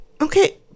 Okay